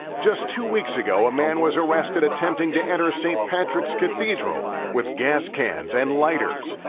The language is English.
just two weeks ago a man was arrested attempting to enter st. patrick's cathedral with gas cans and lighters.